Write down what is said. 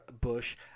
Bush